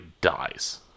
dies